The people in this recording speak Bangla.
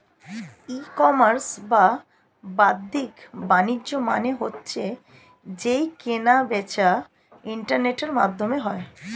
ই কমার্স বা বাদ্দিক বাণিজ্য মানে হচ্ছে যেই কেনা বেচা ইন্টারনেটের মাধ্যমে হয়